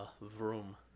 Vroom